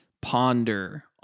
ponder